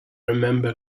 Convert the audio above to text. remember